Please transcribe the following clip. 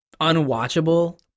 unwatchable